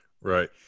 right